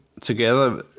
together